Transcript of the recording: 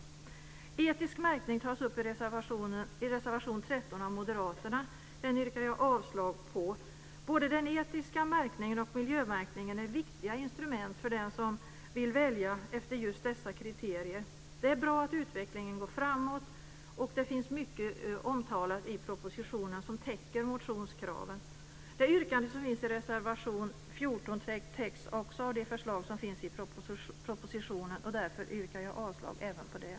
Etisk märkning tas upp i reservation 13 av Moderaterna. Den yrkar jag avslag på. Både den etiska märkningen och miljömärkningen är viktiga instrument för den som vill välja efter just dessa kriterier. Det är bra att utvecklingen går framåt. Det finns mycket i propositionen som täcker motionskraven. Det yrkande som finns i reservation 14 täcks också av de förslag som finns i propositionen. Därför yrkar jag avslag även på den.